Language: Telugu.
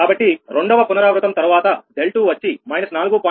కాబట్టి రెండవ పునరావృతం తరువాత 𝛿2 వచ్చి −4